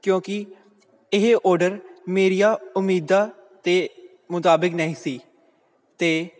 ਕਿਉਂਕਿ ਇਹ ਔਡਰ ਮੇਰੀਆਂ ਉਮੀਦਾਂ ਦੇ ਮੁਤਾਬਕ ਨਹੀਂ ਸੀ ਅਤੇ